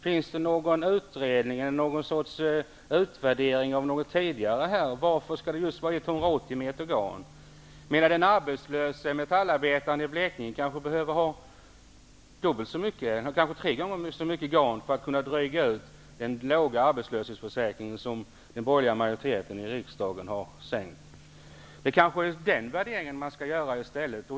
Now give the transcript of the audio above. Finns det någon utredning eller utvärdering? Varför just 180 meter garn? Den arbetslöse metallarbetaren i Blekinge behöver kanske ha två eller tre gånger så mycket garn för att kunna dryga ut den låga arbetslöshetsersättning han får nu när den borgerliga majoriteten i riksdagen har sänkt den. Kanske det är en sådan värdering man skall göra i stället.